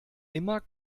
immer